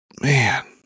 Man